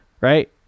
Right